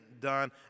done